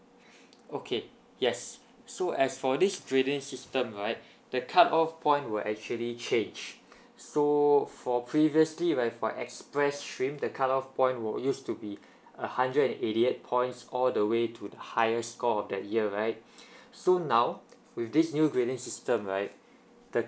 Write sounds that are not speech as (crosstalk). (breath) okay yes so as for this grading system right the cut off point will actually change (breath) so for previously right for express stream the cut off point will use to be a hundred and eighty eight points all the way to the highest score of that year right (breath) so now with this new grading system right the